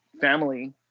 family